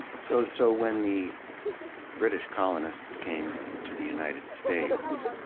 so so when the british colonists came to the united states,